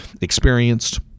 experienced